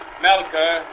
Melker